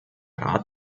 rat